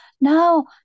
No